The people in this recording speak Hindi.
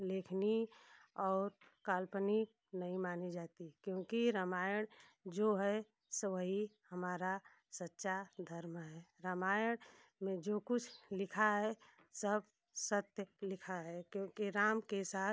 लेखनी और काल्पनिक नहीं मानी जाती क्योंकि रामायण जो है सो वही हमारा सच्चा धर्म है रामायण में जो कुछ लिखा है सब सत्य लिखा है क्योंकि राम के साथ